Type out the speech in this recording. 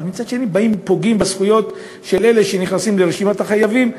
אבל מצד שני באים ופוגעים בזכויות של אלה שנכנסים לרשימת החייבים.